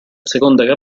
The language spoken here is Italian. seconda